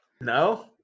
No